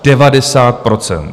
Devadesát procent!